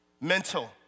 Mental